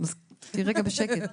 תהיי רגע בשקט.